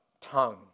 tongue